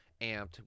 amped